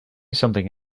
something